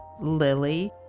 lily